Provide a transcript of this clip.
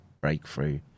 breakthrough